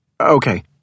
Okay